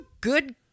good